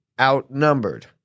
outnumbered